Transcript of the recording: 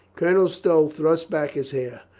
colonel stow thrust back his hair.